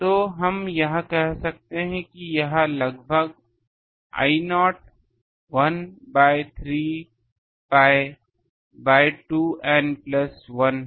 तो हम यह कह सकते हैं कि यह लगभग I not 1 by 3 pi by 2 N plus 1 है